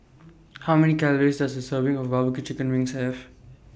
How Many Calories Does A Serving of Barbecue Chicken Wings Have